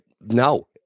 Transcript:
No